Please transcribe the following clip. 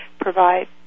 provide